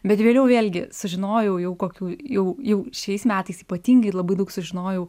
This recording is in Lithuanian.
bet vėliau vėlgi sužinojau jau kokių jau jau šiais metais ypatingai labai daug sužinojau